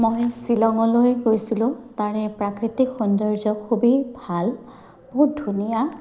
মই শ্বিলঙলৈ গৈছিলোঁ তাৰে প্ৰাকৃতিক সৌন্দৰ্য খুবেই ভাল বহুত ধুনীয়া